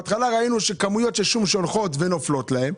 בהתחלה ראינו כמויות של שום שנופלות להם,